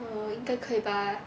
err 应该可以吧